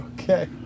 Okay